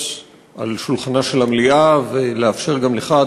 על שולחנה של המליאה ולאפשר גם לך,